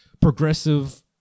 progressive